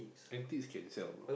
antiques can sell bro